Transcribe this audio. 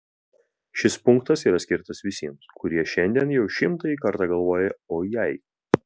šis punktas yra skirtas visiems kurie šiandien jau šimtąjį kartą galvoja o jei